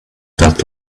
that